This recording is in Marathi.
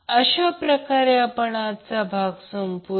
तर अशाप्रकारे आपण आजचा भाग बंद करूया